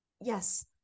yes